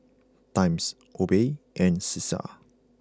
Times Obey and Cesar